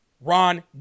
Ron